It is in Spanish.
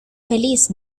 feliz